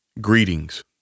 Greetings